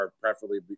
preferably